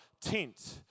tent